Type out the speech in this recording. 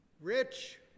Rich